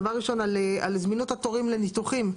דבר ראשון על זמינות התורים לניתוחים.